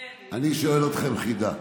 אני אשאל אתכם חידה.